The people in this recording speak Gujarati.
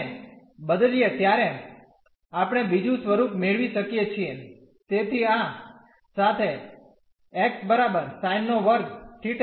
ને બદલીએ ત્યારે આપણે બીજું સ્વરુપ મેળવી શકીએ છીએ